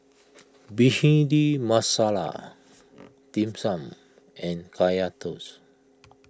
Bhindi Masala Dim Sum and Kaya Toast